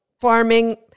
farming